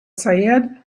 syed